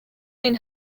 این